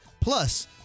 Plus